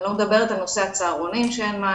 אני לא מדברת על נושא הצהרונים שאין לגביו